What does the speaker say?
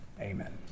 amen